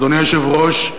אדוני היושב-ראש,